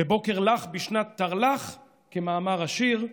"בבוקר לח בשנת תרל"ח", כמאמר השיר,